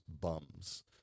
bums